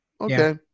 okay